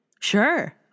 Sure